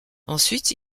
ensuite